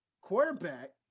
quarterback